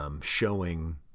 Showing